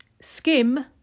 skim